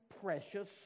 precious